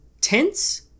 tense